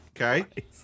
okay